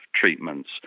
treatments